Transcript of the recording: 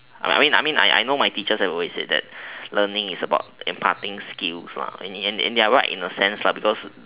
I mean I mean I I know my teacher has always said that learning is about imparting skills and and and they're right in the sense because